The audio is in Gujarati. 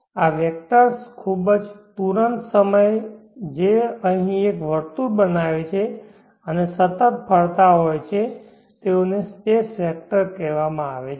આ વેક્ટર્સ ખૂબ જ તુરંત સમયે જે અહીં એક વર્તુળ બનાવે છે અને સતત ફરતા હોય છે તેઓને સ્પેસ વેક્ટર કહેવામાં આવે છે